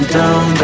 down